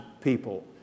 people